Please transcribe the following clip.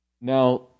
Now